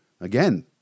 Again